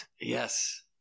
Yes